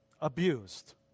abused